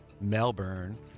Melbourne